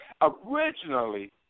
originally